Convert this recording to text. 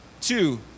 Two